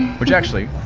which actually